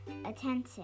attention